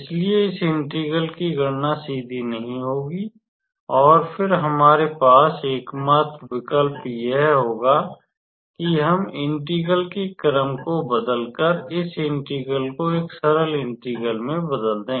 इसलिए इस इंटीग्रल की गणना सीधी नहीं होगी और फिर हमारे पास एकमात्र विकल्प यह होगा कि हम इंटीग्रल के क्रम को बदलकर इस इंटीग्रल को एक सरल इंटीग्रल में बदल दें